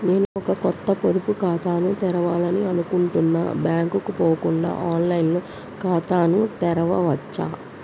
నేను ఒక కొత్త పొదుపు ఖాతాను తెరవాలని అనుకుంటున్నా బ్యాంక్ కు పోకుండా ఆన్ లైన్ లో ఖాతాను తెరవవచ్చా?